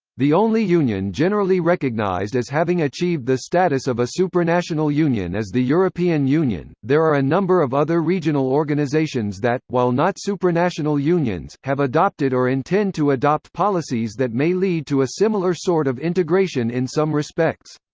the only union generally recognized as having achieved the status of a supranational union is the european union there are a number of other regional organizations that, while not supranational unions, have adopted or intend to adopt policies that may lead to a similar sort of integration in some respects.